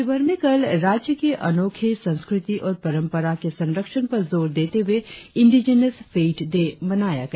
राज्यभर में कल राज्य की अनोखी संस्कृति और परम्परा के संरक्षण पर जोर देते हुए इंडिजिनश फैथ डे मनाया गया